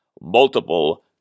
multiple